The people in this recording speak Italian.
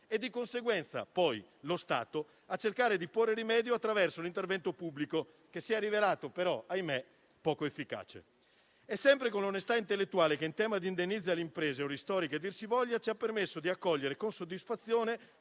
Di conseguenza, è lo Stato a cercare di porre rimedio attraverso l'intervento pubblico, che si è rivelato, ahimè, poco efficace. Sempre con onestà intellettuale, in tema di indennizzi alle imprese, o ristori, che dir si voglia, abbiamo accolto con soddisfazione